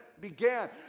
began